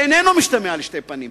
שאיננו משתמע לשתי פנים,